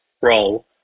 role